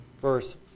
verse